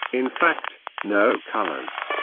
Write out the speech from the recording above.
in fact, no colors,